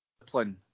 discipline